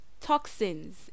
toxins